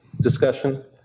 Discussion